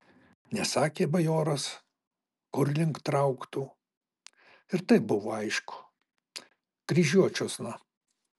nesakė bajoras kur link trauktų ir taip buvo aišku kryžiuočiuosna